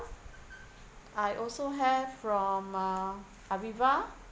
I also have from uh Aviva